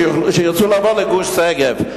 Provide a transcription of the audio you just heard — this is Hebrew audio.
שירצו לעבור לגוש-שגב.